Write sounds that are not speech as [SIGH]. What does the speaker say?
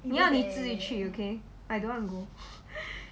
你要你自己去 okay I don't want to go [BREATH]